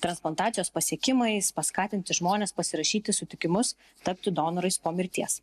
transplantacijos pasiekimais paskatinti žmones pasirašyti sutikimus tapti donorais po mirties